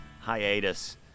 hiatus